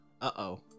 Uh-oh